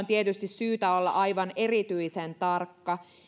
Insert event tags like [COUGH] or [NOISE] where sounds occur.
[UNINTELLIGIBLE] tietysti syytä olla aivan erityisen tarkka